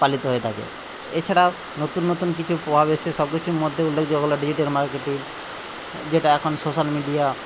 পালিত হয়ে থাকে এছাড়াও নতুন নতুন কিছু সব কিছুর মধ্যে উল্লেখযোগ্য হলো ডিজিটাল মার্কেটিং যেটা এখন সোশ্যাল মিডিয়া